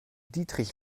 dietrich